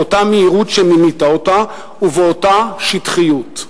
באותה מהירות שמינית אותו ובאותה שטחיות.